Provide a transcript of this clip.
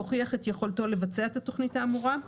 והוכיח את יכולתו לבצע את התכנית האמורה;